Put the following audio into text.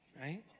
right